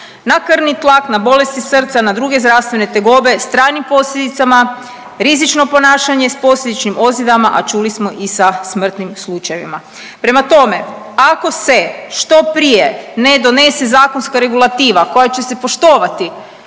na krvni tlak, na bolesti srca, na druge zdravstvene tegobe s trajnim posljedicama, rizično ponašanje s posljedičnim ozljedama, a čuli smo i sa smrtnim slučajevima. Prema tome, ako se što prije ne donese zakonska regulativa koja će se poštovati